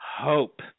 hope